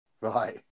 Right